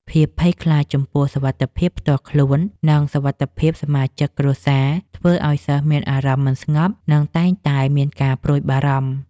ភាពភ័យខ្លាចចំពោះសុវត្ថិភាពផ្ទាល់ខ្លួន និងសុវត្ថិភាពសមាជិកគ្រួសារធ្វើឱ្យសិស្សមានអារម្មណ៍មិនស្ងប់ និងតែងតែមានការព្រួយបារម្ភ។